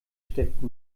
steckten